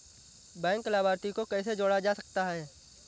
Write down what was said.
Bank लाभार्थी को कैसे जोड़ा जा सकता है?